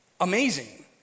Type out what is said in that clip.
amazing